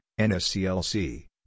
NSCLC